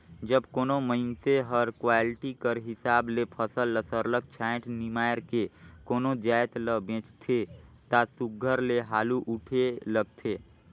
जब कोनो मइनसे हर क्वालिटी कर हिसाब ले फसल ल सरलग छांएट निमाएर के कोनो जाएत ल बेंचथे ता सुग्घर ले हालु उठे लगथे